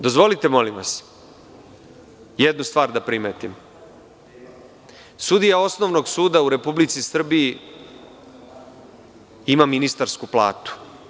Dozvolite molim vas jednu stvar da primetim, sudija osnovnog suda u Republici Srbiji ima ministarsku platu.